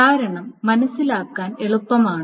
കാരണം മനസ്സിലാക്കാൻ എളുപ്പമാണ്